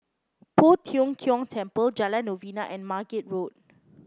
Poh Tiong Kiong Temple Jalan Novena and Margate Road